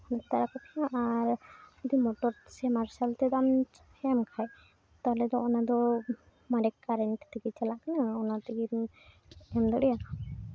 ᱟᱨ ᱡᱩᱫᱤ ᱢᱚᱴᱚᱨ ᱥᱮ ᱢᱟᱨᱥᱟᱞ ᱛᱮ ᱫᱟᱜ ᱮᱢᱟ ᱠᱷᱟᱡ ᱛᱟᱦᱚᱞᱮ ᱫᱚ ᱚᱱᱟ ᱫᱚ ᱢᱟᱱᱮ ᱠᱟᱨᱮᱱᱴ ᱛᱮᱜᱮ ᱪᱟᱞᱟᱜ ᱠᱟᱱᱟ ᱚᱱᱟ ᱛᱮᱜᱮ ᱮᱢ ᱫᱟᱲᱮᱭᱟᱜᱼᱟ